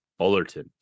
Bullerton